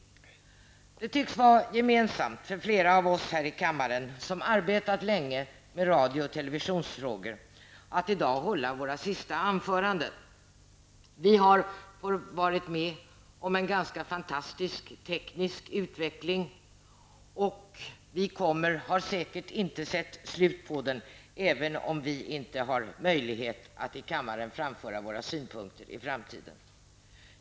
Det tycks vara gemensamt för flera av oss här i kammaren som har arbetat länge med radio och televisionsfrågor att i dag hålla våra sista anföranden. Vi har varit med om en ganska fantastisk teknisk utveckling, och vi har säkert inte sett slutet på denna utveckling, även om vi inte har möjlighet att i framtiden framföra våra synpunkter i kammaren.